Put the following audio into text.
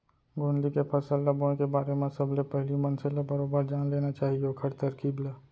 गोंदली के फसल ल बोए के बारे म सबले पहिली मनसे ल बरोबर जान लेना चाही ओखर तरकीब ल